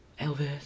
Elvis